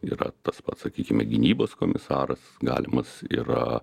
yra tas pats sakykime gynybos komisaras galimas yra